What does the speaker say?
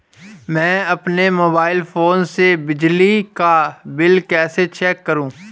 मैं अपने mobile phone से बिजली का बिल कैसे चेक करूं?